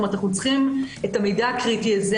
אנחנו צריכים את המידע הקריטי הזה,